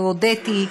והודיתי,